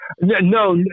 No